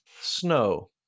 Snow